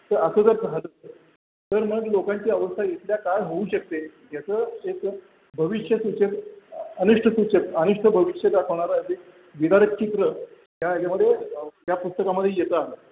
तर असं जर झालं तर मग लोकांची अवस्था इथल्या काय होऊ शकते याचं एक भविष्य सूचक अनिष्ट सूचक अनिष्ट भविष्य दाखवणारं अगदी विदारक चित्र या ह्याच्यामध्ये या पुस्तकामध्ये येतं आहे